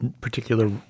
particular